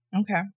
Okay